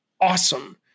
awesome